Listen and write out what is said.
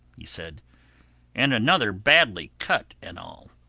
he said and another badly cut an' all.